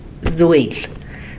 Zweil